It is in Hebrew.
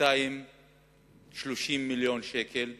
230 מיליון שקל.